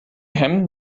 hemden